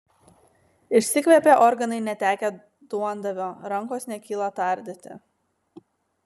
išsikvėpė organai netekę duondavio rankos nekyla tardyti